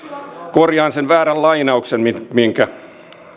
korjaan sen väärän lainauksen minkä